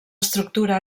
estructura